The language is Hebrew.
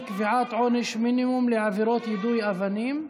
קביעת עונש מינימום לעבירות יידוי אבנים).